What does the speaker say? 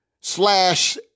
slash